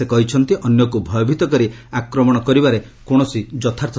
ସେ କହିଛନ୍ତି ଅନ୍ୟକୁ ଭୟଭିତ କରି ଆକ୍ରମଣ କରିବାରେ କୌଣସି ଯଥାର୍ଥତା ନଥାଏ